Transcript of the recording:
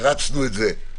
הרצנו את זה,